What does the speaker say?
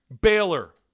Baylor